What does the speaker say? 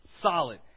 solid